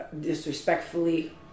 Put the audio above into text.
disrespectfully